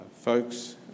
Folks